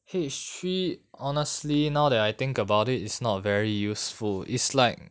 H three honestly now that I think about it is not very useful is like